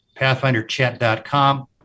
PathfinderChat.com